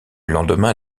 lendemain